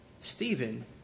Stephen